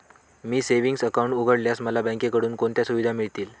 मी savings account उघडल्यास मला बँकेकडून कोणत्या सुविधा मिळतील?